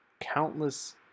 countless